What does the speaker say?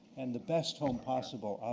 and the best home possible,